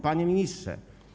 Panie Ministrze!